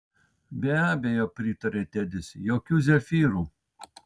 be abejo pritarė tedis jokių zefyrų